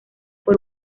por